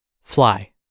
fly